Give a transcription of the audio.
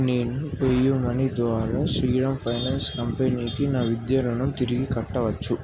నేను PayU money ద్వారా Shriram finance కంపెనీకి నా విద్యా రుణం తిరిగి కట్టవచ్చు